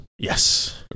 Yes